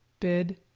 bid,